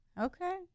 Okay